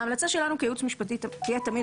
ההמלצה שלנו כיעוץ משפטי תהיה תמיד